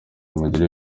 mugire